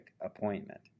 appointment